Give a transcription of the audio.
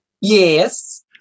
Yes